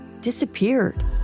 disappeared